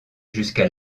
jusqu’à